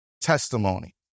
testimony